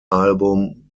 album